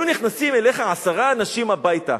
היו נכנסים אליך עשרה אנשים הביתה,